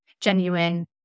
genuine